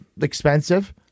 expensive